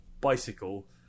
bicycle